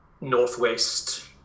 northwest